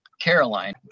caroline